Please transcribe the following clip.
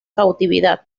cautividad